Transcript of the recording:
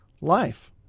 life